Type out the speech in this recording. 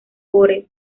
gore